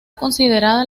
considerada